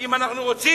אם אנחנו רוצים,